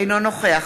אינו נוכח